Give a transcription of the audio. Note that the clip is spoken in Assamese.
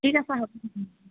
ঠিক আছে হ'ব